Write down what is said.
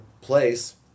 Place